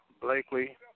Blakely